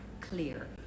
clear